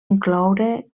incloure